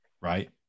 right